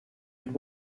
and